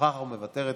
נוכחת ומוותרת.